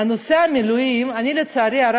אני מבקש, יוסי יונה.